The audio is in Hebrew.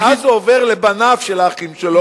ואז זה עובר לבנים של האחים שלו.